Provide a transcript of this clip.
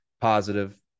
positive